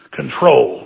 control